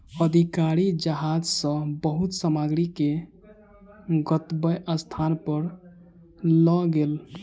अधिकारी जहाज सॅ बहुत सामग्री के गंतव्य स्थान पर लअ गेल